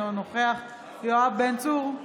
אינו נוכח יואב בן צור,